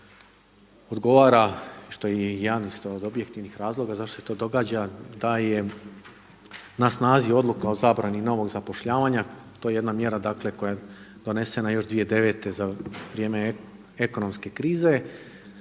odgovara, što jedan od objektivnih razloga zašto se to događa, da je na snazi odluka o zabrani novog zapošljavanja. To je jedna mjera koje je donesena još 2009. za vrijeme ekonomske krize